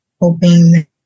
hoping